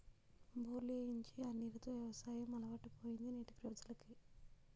బోర్లు ఏయించి ఆ నీరు తో యవసాయం అలవాటైపోయింది నేటి ప్రజలకి